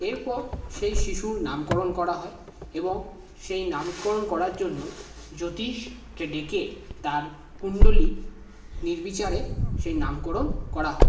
এরপর সেই শিশুর নামকরণ করা হয় এবং সেই নামকরণ করার জন্য জ্যোতিষকে ডেকে তার কুণ্ডলী নির্বিচারে সেই নামকরণ করা হয়